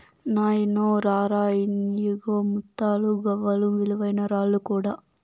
నాయినో రా రా, ఇయ్యిగో ముత్తాలు, గవ్వలు, విలువైన రాళ్ళు కూడా